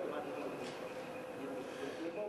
ההצעה להעביר